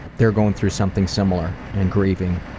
they're going through something similar and grieving,